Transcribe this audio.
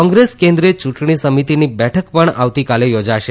કોંગ્રેસ કેન્દ્રિય યૂંટણી સમિતિની બેઠક પણ આવતીકાલે યોજાશે